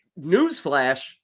Newsflash